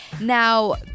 Now